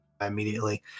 immediately